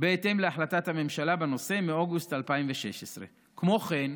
בהתאם להחלטת הממשלה בנושא מאוגוסט 2016. כמו כן,